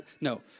No